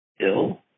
ill